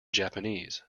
japanese